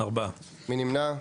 4 נמנעים,